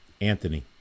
anthony